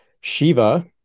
shiva